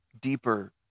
deeper